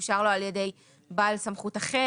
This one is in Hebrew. אין הוראה כזאת, אושר לו על ידי בעל סמכות אחר,